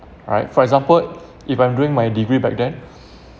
alright for example if I'm doing my degree back then